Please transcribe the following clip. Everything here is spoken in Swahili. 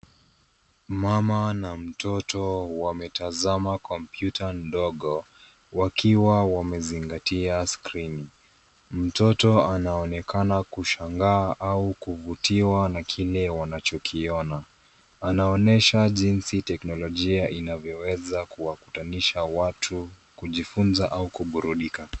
Mama na mtoto wametazama kompyuta ndogo wakiwa wamezingatia skrini. Mtoto anaonekana kushangaa au kuvutiwa na kile wanachokiona. Anaonyesha jinsi teknolojia inaweza kuwakutanisha watu kujifunza au kuburudika.